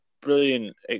brilliant